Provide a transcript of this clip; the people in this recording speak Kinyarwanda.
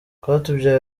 rwatubyaye